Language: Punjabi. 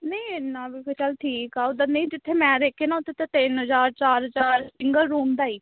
ਨਹੀਂ ਇੰਨਾ ਵੀ ਫਿਰ ਚੱਲ ਠੀਕ ਆ ਉੱਧਰ ਨਹੀਂ ਜਿੱਥੇ ਮੈਂ ਦੇਖੇ ਨਾ ਉੱਥੇ ਤਾਂ ਤਿੰਨ ਹਜ਼ਾਰ ਚਾਰ ਹਜ਼ਾਰ ਸਿੰਗਲ ਰੂਮ ਦਾ ਹੀ